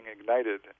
ignited